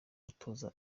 atoza